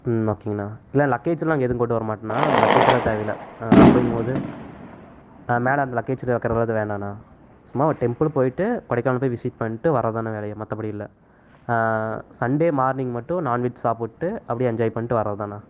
ம் ஓகேங்கண்ணா இல்லை லக்கேஜ்லாம் எதுவும் கொண்டு வரமாட்டேண்ணா அந்த லக்கேஜ் எல்லாம் தேவையில்லை அப்படிங்கும்போது மேலே அந்த லக்கேஜ்லாம் வைக்கிறது எதுவும் வேணாண்ணா சும்மா ஒரு டெம்ப்புள் போய்விட்டு கொடைக்கானல் போயி விசிட் பண்ணிட்டு வரது தாண்ணா வேலையே மற்றபடி இல்லை சண்டே மார்னிங் மட்டும் நான்வெஜ் சாப்பிட்டு அப்படியே என்ஜாய் பண்ணிட்டு வரது தாண்ணா